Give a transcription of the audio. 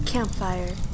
Campfire